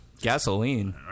Gasoline